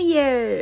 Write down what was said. Year